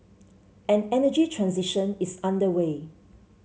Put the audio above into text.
an energy transition is underway